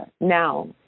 now